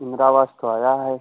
इन्दिरा आवास तो आया है